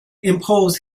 impose